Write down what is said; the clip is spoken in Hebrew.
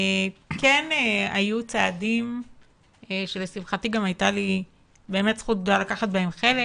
כן היו צעדים שלשמחתי גם הייתה לי זכות גדולה לקחת בהם חלק